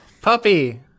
Puppy